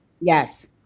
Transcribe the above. yes